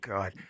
God